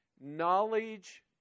knowledge